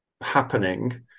happening